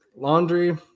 laundry